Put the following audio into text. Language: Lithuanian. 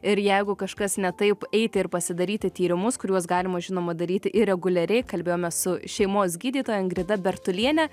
ir jeigu kažkas ne taip eiti ir pasidaryti tyrimus kuriuos galima žinoma daryti ir reguliariai kalbėjome su šeimos gydytoja ingrida bertuliene